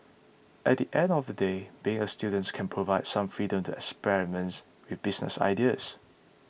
at the end of the day being a students can provide some freedom to experiments with business ideas